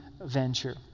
venture